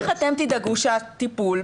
איך אתם תדאגו שהטיפול,